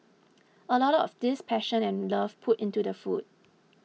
a lot of this passion and love put into the food